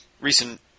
recent